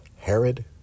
Herod